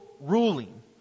ruling